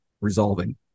resolving